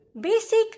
Basic